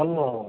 hello